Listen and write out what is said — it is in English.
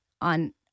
on